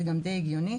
זה גם די הגיוני,